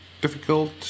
difficult